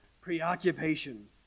preoccupation